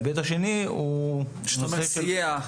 אתה אומר "סייע".